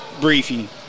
briefing